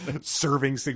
serving